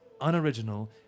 unoriginal